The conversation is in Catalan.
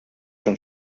són